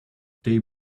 they